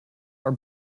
are